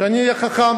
שאני אהיה חכם,